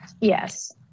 Yes